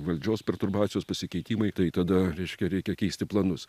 valdžios perturbacijos pasikeitimai tai tada reiškia reikia keisti planus